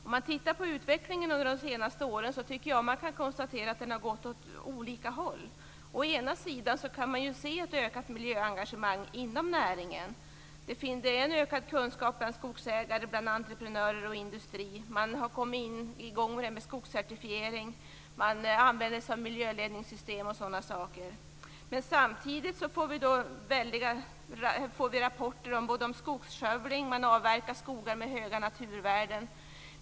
Om man tittar på utvecklingen under de senaste åren kan man konstatera att den har gått åt olika håll. Å ena sidan kan man se ett ökat miljöengagemang inom näringen. Det är en ökad kunskap bland skogsägare, entreprenörer och industri. Man har kommit i gång med skogscertifiering, och man använder sig av miljöledningssystem etc. Å andra sidan får vi samtidigt rapporter om skogsskövling. Man avverkar skogar med höga naturvärden.